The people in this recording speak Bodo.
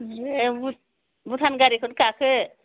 भुटान आव गारिखौनो गाखो